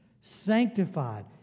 sanctified